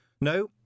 No